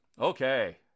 Okay